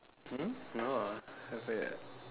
hmm no lah haven't yet